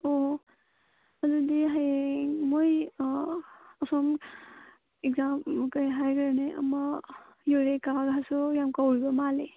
ꯑꯣ ꯑꯗꯨꯗꯤ ꯍꯥꯌꯦꯡ ꯃꯣꯏ ꯑꯁꯣꯝ ꯑꯦꯛꯖꯥꯝ ꯀꯔꯤ ꯍꯥꯏꯗꯣꯏꯅꯣ ꯑꯃ ꯌꯨꯔꯦꯀꯥꯒꯁꯨ ꯌꯥꯝ ꯀꯧꯔꯤꯕ ꯃꯥꯜꯂꯦ